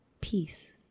peace